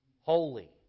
Holy